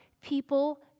people